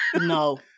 No